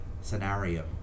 scenario